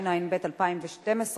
התשע"ב 2012,